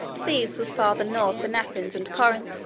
thebes was farther north than athens and corinth.